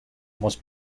most